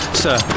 sir